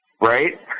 right